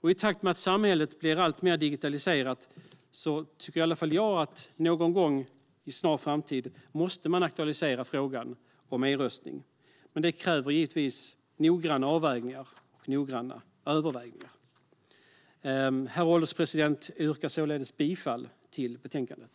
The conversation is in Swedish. I takt med att samhället blir alltmer digitaliserat tycker i alla fall jag att man någon gång inom en snar framtid måste aktualisera frågan om e-röstning. Men det kräver givetvis noggranna avvägningar och överväganden. Herr ålderspresident! Jag yrkar således bifall till utskottets förslag i betänkandet.